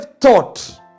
thought